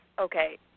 okay